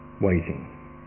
waiting